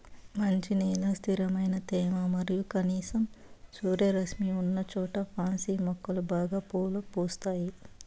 మంచి నేల, స్థిరమైన తేమ మరియు కనీసం సూర్యరశ్మి ఉన్నచోట పాన్సి మొక్కలు బాగా పూలు పూస్తాయి